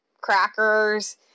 crackers